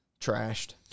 trashed